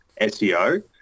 SEO